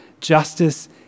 justice